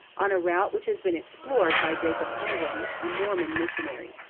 on a route which has been explored by jacob hamblin, a mormon missionary.